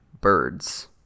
birds